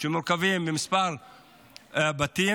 שמורכבים מכמה בתים,